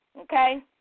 okay